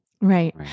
Right